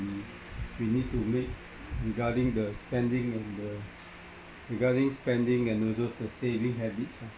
we we need to make regarding the spending and the regarding spending and also the saving habits ah